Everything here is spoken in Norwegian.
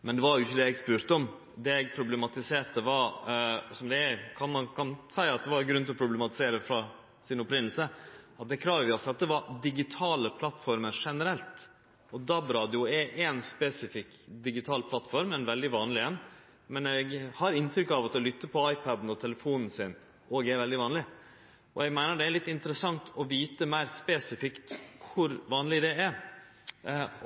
Men det var ikkje det eg spurde om. Det eg problematiserte, som ein kan seie at det òg opphavleg var grunn til å problematisere, var at det kravet vi sette, var digitale plattformer generelt, og DAB-radio er ei spesifikk digital plattform, ei veldig vanleg ei, men eg har inntrykk av at å lytte på iPad-en og telefonen òg er veldig vanlig. Eg meiner det er litt interessant å vite meir spesifikt kor vanleg det er,